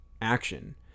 action